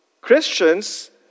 Christians